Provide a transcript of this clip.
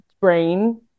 brain